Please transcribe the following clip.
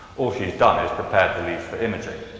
all she's done is prepare the leaves for imaging.